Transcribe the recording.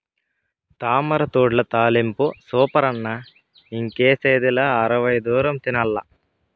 తామరతూడ్ల తాలింపు సూపరన్న ఇంకేసిదిలా అరవై దూరం తినాల్ల